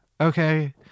Okay